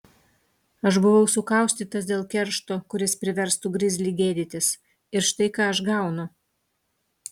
aš buvau sukaustytas dėl keršto kuris priverstų grizlį gėdytis ir štai ką aš gaunu